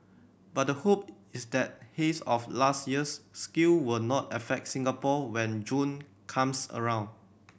but the hope is that haze of last year's scale will not affect Singapore when June comes around